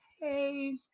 Hey